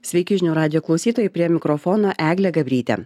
sveiki žinių radijo klausytojai prie mikrofono eglė gabrytė